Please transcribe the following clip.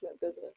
business